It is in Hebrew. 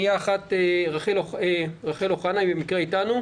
אם רחל אוחנה במקרה איתנו,